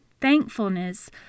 thankfulness